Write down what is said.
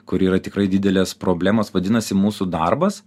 kur yra tikrai didelės problemos vadinasi mūsų darbas